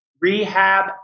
rehab